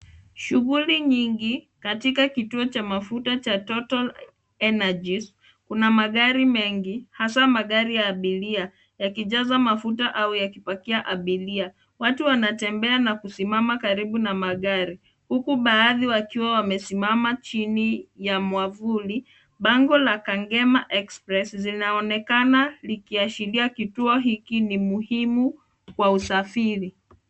Shughuli nyingi katika kituo cha mafuta cha Total Energies kuna magari mengi hasa magari ya abiria yakijazwa mafuta au yakipakia abiria. Watu wanatembea na kusimama karibu na magari huku baadhi wakiwa wamesimama chini ya mwavuli. Bango ya Kangema Express linaonekana likiashiria kituo hiki ni muhimu kwa usafiri.